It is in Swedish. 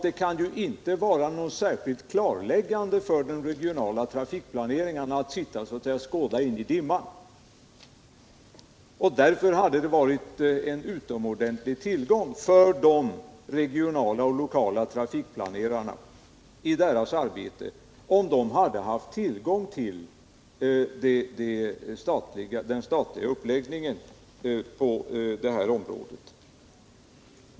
Det kan ju inte vara särskilt klarläggande för de regionala trafikplanerarna att sitta och så att säga skåda in i dimman. Därför hade det varit en utomordentlig tillgång för de regionala och lokala trafikplanerarna i deras arbete, om de hade haft tillgång till den statliga uppläggningen på det här området.